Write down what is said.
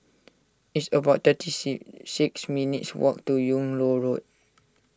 it's about thirty see six minutes' walk to Yung Loh Road